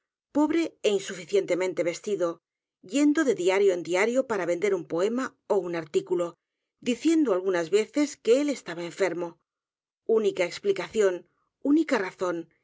pobre é insuficientemente vestido yendo de diario en diario p a r a vender un poema ó un artículo diciendo algunas veces que él estaba enfermo única explicación única razón